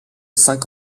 cinq